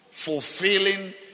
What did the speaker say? Fulfilling